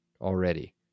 already